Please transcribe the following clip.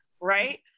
right